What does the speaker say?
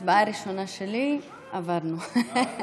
הצבעה ראשונה שלי, עברנו.